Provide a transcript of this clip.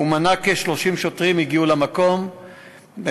שמנה כ-30 שוטרים שהגיעו למקום לקראת השעה 19:30,